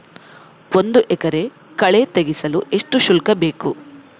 ಒಂದು ಎಕರೆ ಕಳೆ ತೆಗೆಸಲು ಎಷ್ಟು ಶುಲ್ಕ ಬೇಕು?